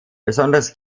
besonders